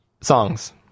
songs